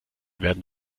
werden